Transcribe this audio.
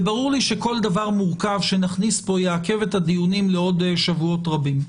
וברור לי שכל דבר מורכב שנכניס פה יעכב את הדיונים לעוד שבועות רבים.